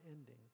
ending